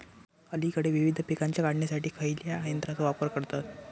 अलीकडे विविध पीकांच्या काढणीसाठी खयाच्या यंत्राचो वापर करतत?